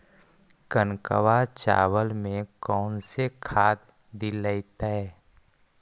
कनकवा चावल में कौन से खाद दिलाइतै?